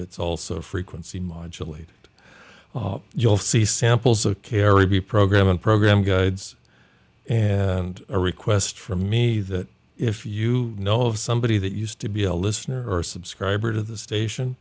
it's also frequency modulator you'll see samples of carry b program in program guides and a request from me that if you know of somebody that used to be a listener or subscriber to the station